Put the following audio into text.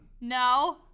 No